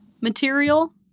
material